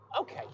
Okay